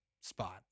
spot